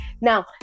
Now